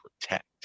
protect